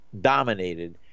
dominated